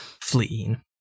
fleeing